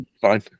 fine